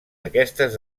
aquestes